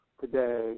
today